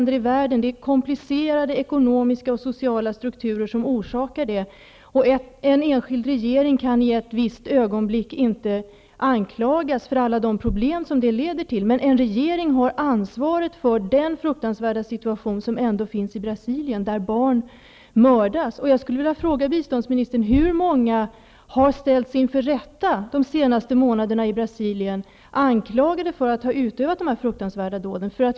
Det är komplicerade ekonomiska och sociala strukturer som orsakar att det finns rika och fattiga länder i världen. En enskild regering kan inte i ett visst ögonblick anklagas för alla de problem som det leder till. Men regeringen har ansvaret för den fruktansvärda situation som råder i Brasilien där barn mördas. Jag skulle vilja fråga biståndsministern hur många som har ställts inför rätta de senaste månaderna i Brasilien anklagade för att ha utfört dessa fruktansvärda dåd.